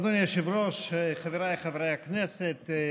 אדוני היושב-ראש, חבריי חברי הכנסת,